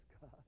God